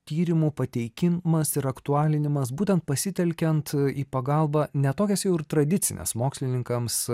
tyrimų pateikimas ir aktualinimas būtent pasitelkiant į pagalbą ne tokias jau ir tradicines mokslininkams